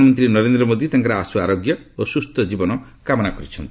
ପ୍ରଧାନମନ୍ତ୍ରୀ ନରେନ୍ଦ୍ର ମୋଦୀ ତାଙ୍କର ଆଶୁ ଆରୋଗ୍ୟ ଓ ସୁସ୍ଥ ଜୀବନ କାମନା କରିଛନ୍ତି